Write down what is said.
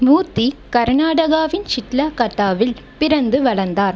மூர்த்தி கர்நாடகாவின் ஷிட்லகட்டாவில் பிறந்து வளர்ந்தார்